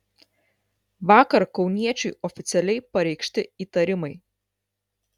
vakar kauniečiui oficialiai pareikšti įtarimai